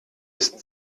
ist